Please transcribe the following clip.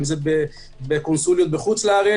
בקונסוליות בחו"ל.